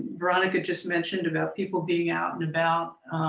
veronica just mentioned about people being out and about